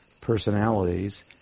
personalities